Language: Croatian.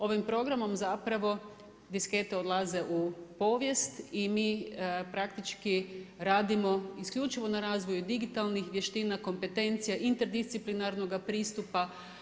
Ovim programom zapravo diskete odlaze u povijest i mi praktički radimo isključivo na razvoju digitalnih vještina, kompetencija, interdisciplinarnoga pristupa.